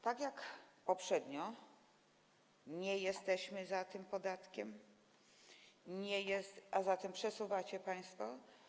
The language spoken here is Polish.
Tak jak poprzednio, nie jesteśmy za tym podatkiem, a zatem przesuwacie państwo.